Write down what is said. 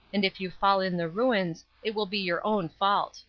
and if you fall in the ruins, it will be your own fault